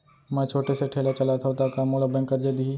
मैं छोटे से ठेला चलाथव त का मोला बैंक करजा दिही?